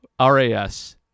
RAS